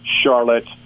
Charlotte